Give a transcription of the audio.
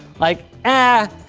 like, ah,